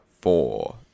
four